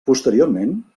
posteriorment